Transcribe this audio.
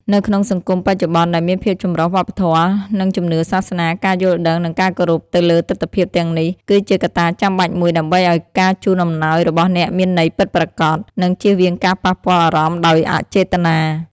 នៅក្នុងសង្គមបច្ចុប្បន្នដែលមានភាពចម្រុះវប្បធម៌ និងជំនឿសាសនា ការយល់ដឹង និងការគោរពទៅលើទិដ្ឋភាពទាំងនេះ គឺជាកត្តាចាំបាច់មួយដើម្បីឲ្យការជូនអំណោយរបស់អ្នកមានន័យពិតប្រាកដ និងជៀសវាងការប៉ះពាល់អារម្មណ៍ដោយអចេតនា។